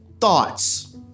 thoughts